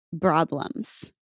Problems